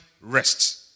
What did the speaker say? rest